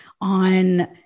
on